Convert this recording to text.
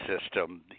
system